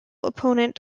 opponent